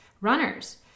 runners